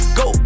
go